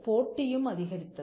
போட்டியும் அதிகரித்தது